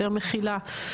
יותר מכילה.